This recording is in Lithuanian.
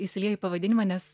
įsiliejo į pavadinimą nes